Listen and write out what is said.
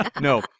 No